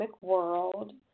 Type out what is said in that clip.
world